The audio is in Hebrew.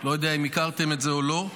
לא יודע אם הכרתם את זה או לא,